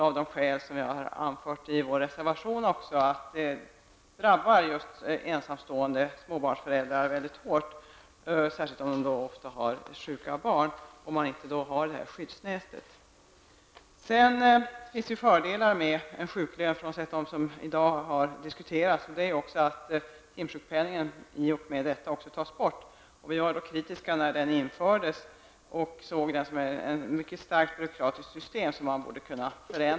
Skälen därtill har vi anfört i vår reservation, nämligen att den tänkta ordningen drabbar just ensamstående småbarnsföräldrar mycket hårt, särskilt om barnen ofta är sjuka. De skulle inte ha samma skyddsnät som nu. Det finns fördelar med en sjuklön frånsett de inslag i systemet som här har diskuterats. Bl.a. tas timsjukpenningen bort. Vi var kritiska till att den infördes och såg den som starkt byråkratisk.